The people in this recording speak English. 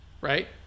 right